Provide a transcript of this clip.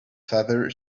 father